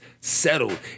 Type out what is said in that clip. settled